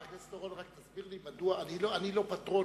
חבר הכנסת אורון, רק תסביר לי מדוע, אני לא פטרון,